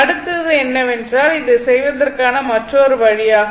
அடுத்து என்னவென்றால் இதைச் செய்வதற்கான மற்றொரு வழி ஆகும்